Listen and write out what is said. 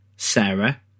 Sarah